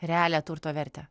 realią turto vertę